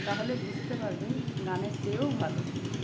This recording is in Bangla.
তাহলে বুঝতে পারবে গানের চেয়েও ভালো